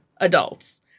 adults